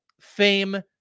fame